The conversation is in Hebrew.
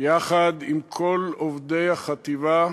יחד עם כל עובדי החטיבה,